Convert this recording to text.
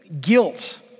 guilt